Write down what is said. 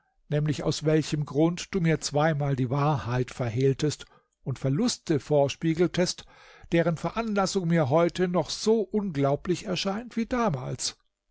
nämlich aus welchem grund du mir zweimal die wahrheit verhehltest und verluste vorspiegeltest deren veranlassung mir heute noch so unglaublich erscheint wie damals